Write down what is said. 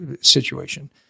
situation